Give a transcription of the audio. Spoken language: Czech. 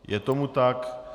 Je tomu tak.